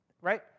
right